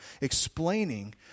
explaining